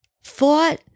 fought